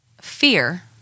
fear